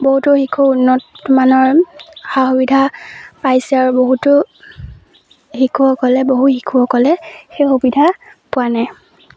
বহুতো শিশু উন্নত মানৰ সা সুবিধা পাইছে আৰু বহুতো শিশুসকলে বহু শিশুসকলে সেই সুবিধা পোৱা নাই